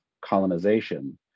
colonization